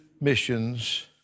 missions